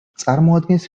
წარმოადგენს